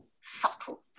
subtle